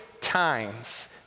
times